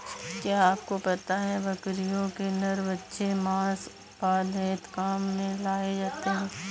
क्या आपको पता है बकरियों के नर बच्चे मांस उत्पादन हेतु काम में लाए जाते है?